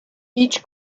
each